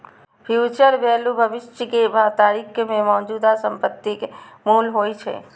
future value भविष्य के तारीख मे मौजूदा संपत्ति के मूल्य होइ छै